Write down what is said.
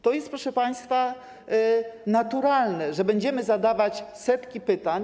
To jest, proszę państwa, naturalne, że będziemy zadawać setki pytań.